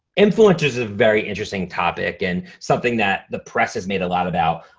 influencers are very interesting topic and something that the press has made a lot about.